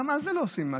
למה על זה לא עושים מס?